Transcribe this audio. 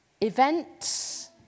Events